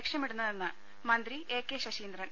ലക്ഷ്യമിടുന്നതെന്ന് മന്ത്രി A K Saseendran